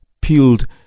peeled